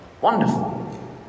Wonderful